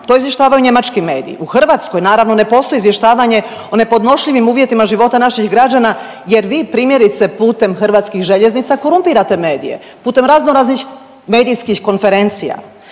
To izvještavaju njemački mediji. U Hrvatskoj naravno ne postoji izvještavanje o nepodnošljivim uvjetima života naših građana, jer vi primjerice putem hrvatskih željeznica korumpirate medije putem razno raznih medijskih konferencija.